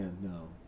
no